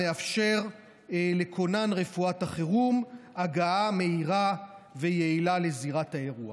המאפשר לכונן רפואת החירום הגעה מהירה ויעילה לזירת האירוע.